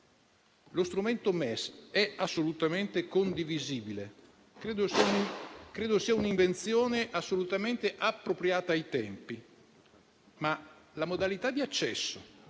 Lo strumento MES è assolutamente condivisibile e credo sia un'invenzione assolutamente appropriata ai tempi, ma la modalità di accesso